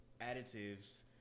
additives